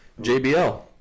JBL